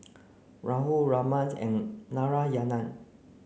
Rahul Ramnath and Narayana